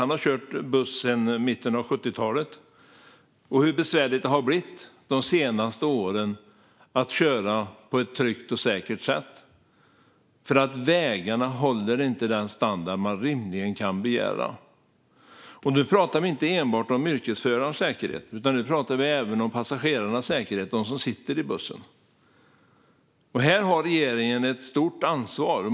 Han har kört buss sedan mitten av 70-talet. Det har blivit besvärligt de senaste åren att köra på ett tryggt och säkert sätt, för vägarna håller inte den standard man rimligen kan begära. Nu pratar vi inte enbart om yrkesförarens säkerhet, utan nu pratar vi även om passagerarnas säkerhet, de som sitter i bussen. Här har regeringen ett stort ansvar.